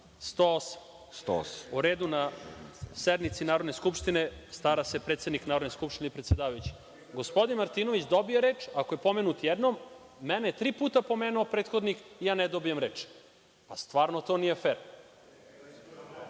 108, o redu na sednici Narodne skupštine stara se predsednik Narodne skupštine i predsedavajući. Gospodin Martinović dobije reč ako je pomenut jednom, mene je tri puta pomenuo prethodnik i ja ne dobijem reč, pa stvarno to nije fer.